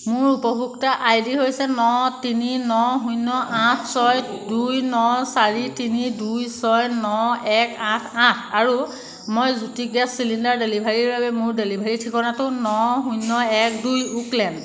মোৰ উপভোক্তা আইডি হৈছে ন তিনি ন শূন্য আঠ ছয় দুই ন চাৰি তিনি দুই ছয় ন এক আঠ আঠ আৰু মই জ্যোতি গেছ চিলিণ্ডাৰ ডেলিভাৰীৰ বাবে মোৰ ডেলিভাৰী ঠিকনাটো ন শূন্য এক দুই ওক লেন